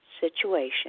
situation